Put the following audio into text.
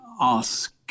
ask